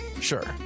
Sure